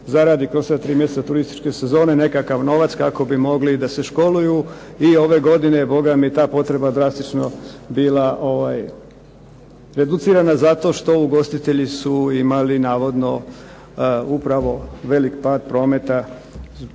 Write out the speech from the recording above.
zaradi kroz tri mjeseca turističke sezone nekakav novac kako bi mogli da se školuju i ove godine je ta potreba bila drastično reducirana zato što ugostitelji su imali upravo velik pad prometa